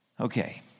Okay